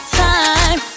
time